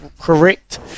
correct